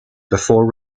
before